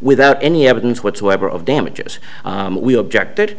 without any evidence whatsoever of damages we objected